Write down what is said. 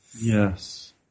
Yes